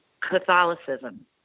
Catholicism